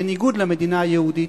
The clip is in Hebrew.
בניגוד למדינה יהודית,